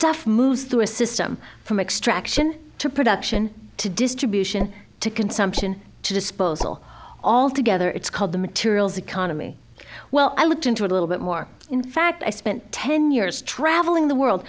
stuff moves through a system from extraction to production to distribution to consumption to disposal all together it's called the materials economy well i looked into a little bit more in fact i spent ten years traveling the world